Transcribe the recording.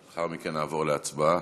לאחר מכן נעבור להצבעה.